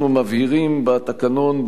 אנחנו מבהירים בתקנון,